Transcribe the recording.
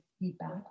feedback